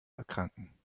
erkranken